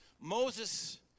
Moses